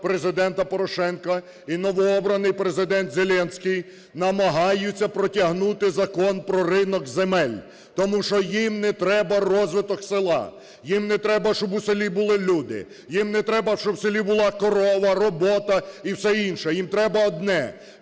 Президента Порошенка і новообраний Президент Зеленський намагаються протягнути закон про ринок земель. Тому що їм не треба розвиток села, їм не треба, щоб у селі були люди, їм не треба, щоб у селі була корова, робота і все інше. Їм треба одне: